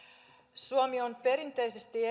suomi on perinteisesti